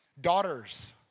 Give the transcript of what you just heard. Daughters